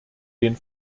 den